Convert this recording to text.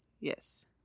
Yes